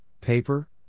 paper